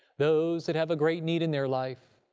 those that have a great need in their life,